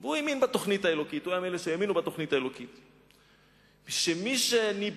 הוא האמין בתוכנית האלוקית, הוא היה מאלה